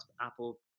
apple